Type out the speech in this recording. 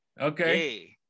okay